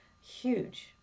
huge